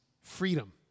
freedom